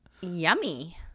yummy